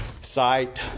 site